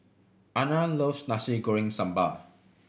Ana loves Nasi Goreng Sambal